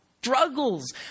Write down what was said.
struggles